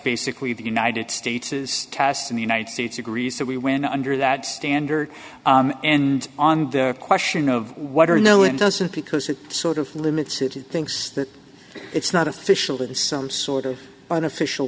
basically the united states is cast in the united states agrees that we win under that standard and on their question of what or no it doesn't because it sort of limits it thinks that it's not official it is some sort of unofficial